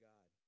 God